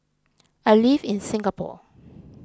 I live in Singapore